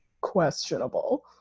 questionable